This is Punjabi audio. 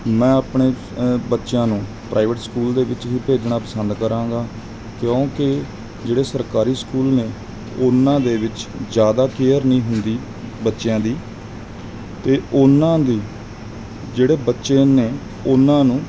ਮੈਂ ਆਪਣੇ ਬੱਚਿਆਂ ਨੂੰ ਪ੍ਰਾਈਵੇਟ ਸਕੂਲ ਦੇ ਵਿੱਚ ਹੀ ਭੇਜਣਾ ਪਸੰਦ ਕਰਾਂਗਾ ਕਿਉਂਕਿ ਜਿਹੜੇ ਸਰਕਾਰੀ ਸਕੂਲ ਨੇ ਉਹਨਾਂ ਦੇ ਵਿੱਚ ਜ਼ਿਆਦਾ ਕੇਅਰ ਨਹੀਂ ਹੁੰਦੀ ਬੱਚਿਆਂ ਦੀ ਅਤੇ ਉਹਨਾਂ ਦੇ ਜਿਹੜੇ ਬੱਚੇ ਨੇ ਉਹਨਾਂ ਨੂੰ